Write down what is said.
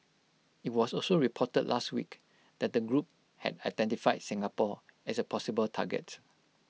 IT was also reported last week that the group had identified Singapore as A possible target